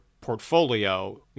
portfolio